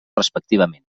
respectivament